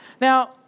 Now